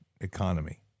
economy